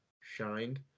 shined